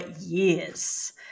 years